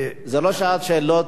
זה לא שעת שאלות,